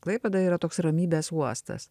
klaipėda yra toks ramybės uostas